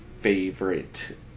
favorite